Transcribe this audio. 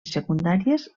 secundàries